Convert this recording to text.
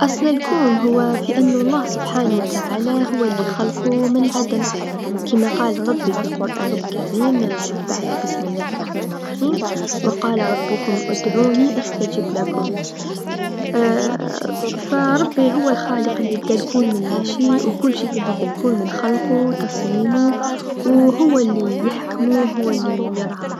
أصل الكون هو في أنو الله سبحانه و تعالى هو لخلقو من العدم، كيما قال ربي في القرآن الكريم بعد بسم الله الرحمن الرحيم و قال ربكم أدعوني أستجيب لكم، فربي هو الخالق لبدا الكون من لا شي، و كل شي في هذا الكون من خلقو تصميمو و هو ليحكمو هو ليرعاه.